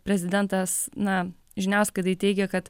prezidentas na žiniasklaidai teigė kad